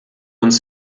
uns